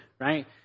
right